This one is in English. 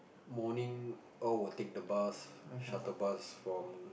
morning all will take the bus shuttle bus from